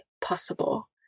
possible